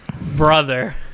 Brother